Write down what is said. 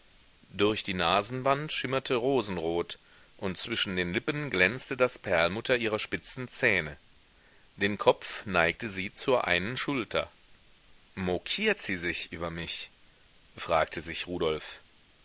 durch die nasenwand schimmerte rosenrot und zwischen den lippen glänzte das perlmutter ihrer spitzen zähne den kopf neigte sie zur einen schulter mokiert sie sich über mich fragte sich rudolf